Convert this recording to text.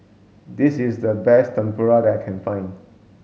this is the best Tempura that I can find